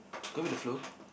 go with the flow